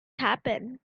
happen